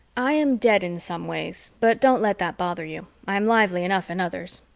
i am dead in some ways, but don't let that bother you i am lively enough in others.